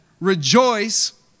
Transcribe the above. rejoice